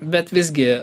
bet visgi